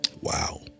Wow